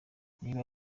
niba